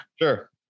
Sure